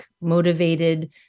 motivated